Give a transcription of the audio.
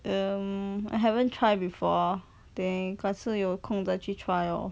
um I haven't try before then 可是有空再去 try lor